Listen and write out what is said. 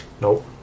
Nope